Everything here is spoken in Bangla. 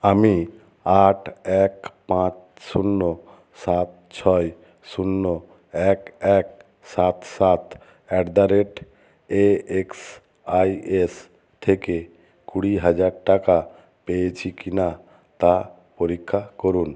আমি আট এক পাঁচ শূন্য সাত ছয় শূন্য এক এক সাত সাত at the rate A X I S থেকে কুড়ি হাজার টাকা পেয়েছি কি না তা পরীক্ষা করুন